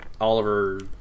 oliver